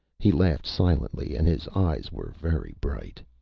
he laughed, silently, and his eyes were very bright.